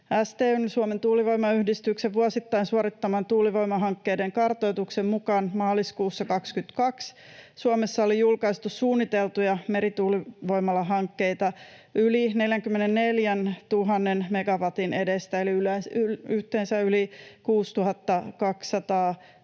STY:n, Suomen tuulivoimayhdistyksen, vuosittain suorittaman tuulivoimahankkeiden kartoituksen mukaan maaliskuussa 22 Suomessa oli julkaistu suunniteltuja merituulivoimalahankkeita yli 44 000 megawatin edestä eli yhteensä yli 6 200